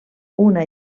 una